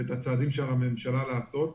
ואת הצעדים שעל הממשלה לעשות.